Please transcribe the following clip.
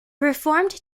reformed